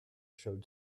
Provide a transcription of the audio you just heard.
showed